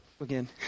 again